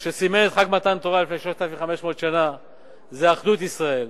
מה שסימן את חג מתן תורה לפני 3,500 שנה זה אחדות ישראל,